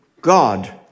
God